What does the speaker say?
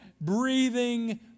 breathing